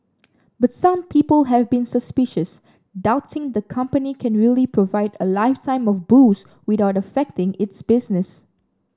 but some people have been suspicious doubting the company can really provide a lifetime of booze without affecting its business